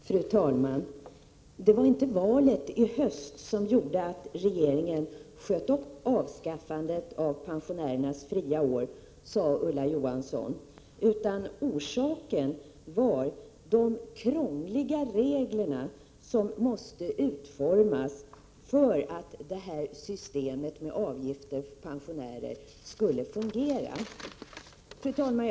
Fru talman! Det var inte valet i höst som gjorde att regeringen sköt upp avskaffandet av pensionärernas fria år, sade Ulla Johansson. Orsaken var de krångliga regler som måste utformas för att systemet med avgifter för pensionärer skulle fungera. Fru talman!